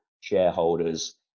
shareholders